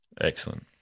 excellent